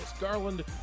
Garland